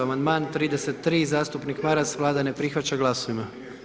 Amandman 33, zastupnik Maras, Vlada ne prihvaća, glasujmo.